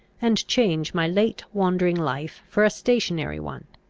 and change my late wandering life for a stationary one.